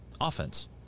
Offense